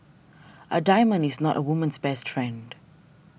a diamond is not a woman's best friend